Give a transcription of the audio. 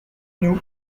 nous